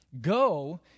go